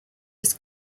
was